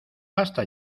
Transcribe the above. basta